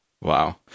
Wow